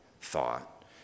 thought